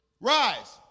Rise